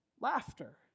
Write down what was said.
laughter